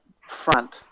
front